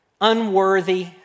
unworthy